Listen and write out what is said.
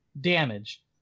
damage